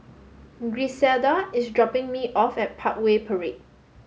Griselda is dropping me off at Parkway Parade